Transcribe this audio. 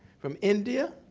from india,